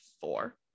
four